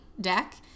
deck